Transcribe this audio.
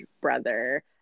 brother